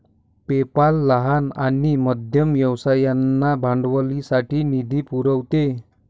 PayPal लहान आणि मध्यम व्यवसायांना भांडवलासाठी निधी पुरवते